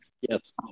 Yes